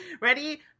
Ready